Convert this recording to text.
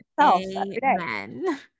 Amen